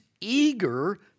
eager